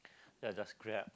then I just grab